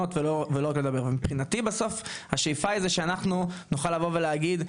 פתרונות ולא רק לדבר ומבחינתי בסוף השאיפה היא שאנחנו נוכל לבוא ולהגיד,